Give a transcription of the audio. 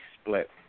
split